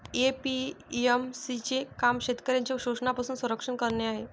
APMC चे काम शेतकऱ्यांचे शोषणापासून संरक्षण करणे आहे